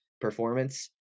performance